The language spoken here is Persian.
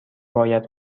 باید